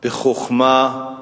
בחוכמה,